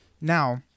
Now